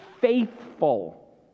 faithful